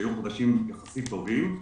שהיו יחסית טובים,